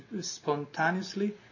spontaneously